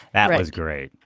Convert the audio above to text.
that ah is great.